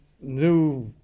new